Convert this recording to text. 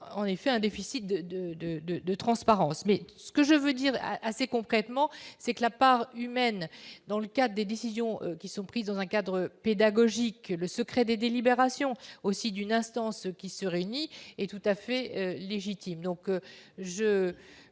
de, de, de, de, de transparence, mais ce que je veux dire à c'est complètement, c'est que la part humaine dans le cas des décisions qui sont prises dans un cadre pédagogique, le secret des délibérations aussi d'une instance qui se réunit et tout à fait légitime, donc je